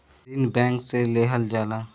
ऋण बैंक से लेहल जाला